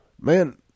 man